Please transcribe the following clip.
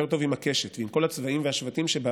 טוב עם הקשת ועם כל הצבעים והשבטים שבה